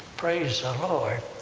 praise the lord!